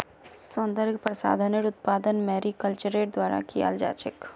सौन्दर्य प्रसाधनेर उत्पादन मैरीकल्चरेर द्वारा कियाल जा छेक